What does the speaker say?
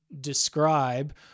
describe